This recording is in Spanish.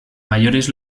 mayores